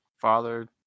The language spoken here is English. Father